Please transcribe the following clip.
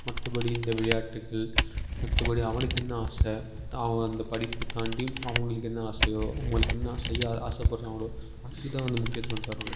மற்றபடி இந்த விளையாட்டுக்கள் மற்றபடி அவனுக்கு என்ன ஆசை அவன் அந்த படிப்பை தாண்டி அவங்களுக்கு என்ன ஆசையோ அவங்களுக்கு என்ன செய்ய ஆசைப்பட்றாங்களோ அதுக்குத் தான் வந்து முக்கியத்துவம் தருணும்